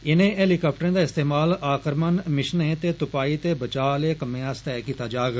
इनें हैलिकाप्टरें दा इस्तेमाल आक्रमण मिषनें ते तुपाई ते बचाह आले कम्में आस्तै कीता जाग